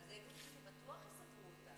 בטוח שיסדרו אותם.